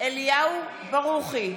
אליהו ברוכי,